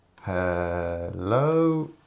Hello